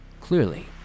Clearly